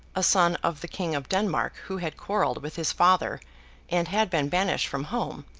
a son of the king of denmark who had quarrelled with his father and had been banished from home,